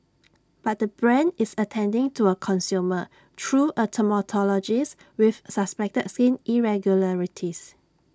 but the brand is attending to A consumer through A dermatologist with suspected skin irregularities